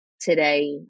today